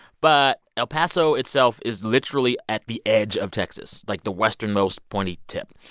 but el paso itself is literally at the edge of texas, like, the westernmost pointy tip.